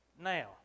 Now